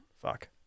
Fuck